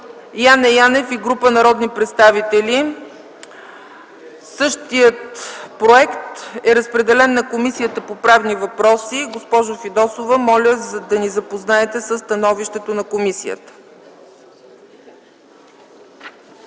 Яне Янев и група народни представители. Същият проект е разпределен на Комисията по правни въпроси. Госпожо Фидосова, моля да ни запознаете със становището на комисията.